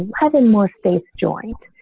having more faith joined.